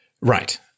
Right